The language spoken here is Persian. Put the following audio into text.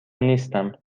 نیستم